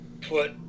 put